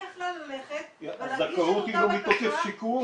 היא יכלה ללכת ולהגיש -- הזכאות היא לא מתוקף שיקום.